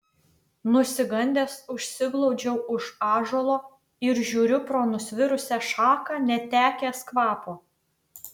nusigandęs užsiglaudžiau už ąžuolo ir žiūriu pro nusvirusią šaką netekęs kvapo